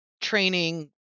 training